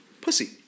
pussy